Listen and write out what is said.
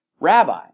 Rabbi